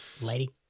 Lady